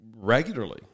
Regularly